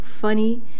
funny